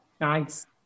Nice